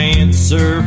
answer